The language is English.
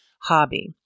hobby